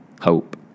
hope